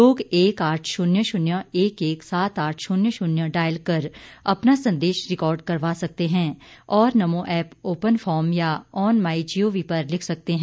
लोग एक आठ शून्य शून्य एक एक सात आठ शून्य शून्य डायल कर अपना संदेश रिकार्ड करवा सकते हैं और नमो ऐप ओपन फोरम या ऑन माइ जीओवी पर लिख सकते हैं